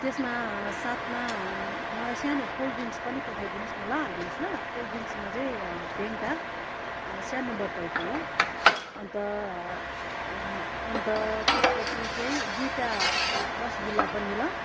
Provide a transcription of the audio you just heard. त्यसमा साथमा मलाई सानो कोल्ड ड्रिङ्क्स पनि पठाइ दिनुहोस् न ल हालिदिनुहोस् ल कोल्ड ड्रिङ्क्समा चाहिँ फेन्टा सानो बतलको ल अन्त अन्त त्यसपछि चाहिँ दुईटा रसगुल्ला पनि ल